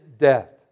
death